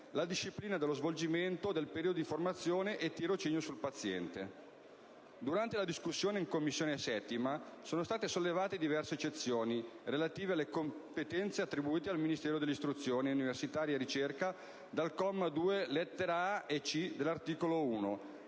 la disciplina dello svolgimento del periodo di formazione e tirocinio sul paziente. Durante la discussione in 7a Commissione sono state sollevate diverse eccezioni, relativamente alle competenze attribuite al Ministro dell'istruzione, università e ricerca dal comma 2, lettere *a)* e *c),* dell'articolo 1,